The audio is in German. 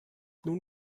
nun